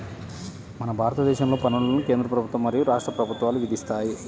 మన భారతదేశంలో పన్నులను కేంద్ర ప్రభుత్వం మరియు రాష్ట్ర ప్రభుత్వాలు విధిస్తాయి